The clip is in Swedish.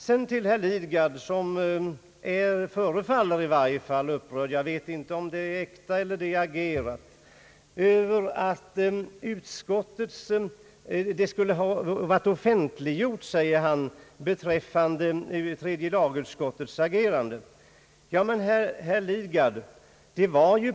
Herr Lidgard föreföll att vara upprörd — jag vet inte om upprördheten var äkta eller spelad — över att tredje lagutskottets agerande skulle ha varit offentliggjort.